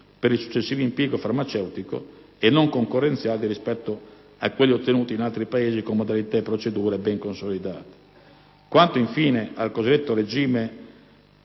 per il successivo impiego farmaceutico e non concorrenziali rispetto a quelli ottenuti in altri Paesi con modalità e procedure ben consolidate. Quanto, infine, al cosiddetto "regime